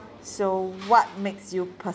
so what makes you